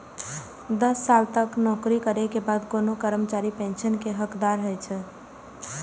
दस साल तक नौकरी करै के बाद कोनो कर्मचारी पेंशन के हकदार होइ छै